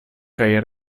kaj